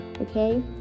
okay